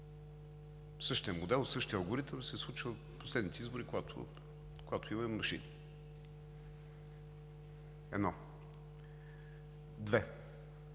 Същият модел, същият алгоритъм се случва в последните избори, когато имаме машини, едно. Две,